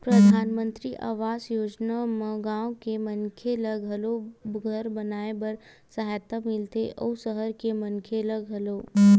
परधानमंतरी आवास योजना म गाँव के मनखे ल घलो घर बनाए बर सहायता मिलथे अउ सहर के मनखे ल घलो